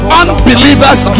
unbelievers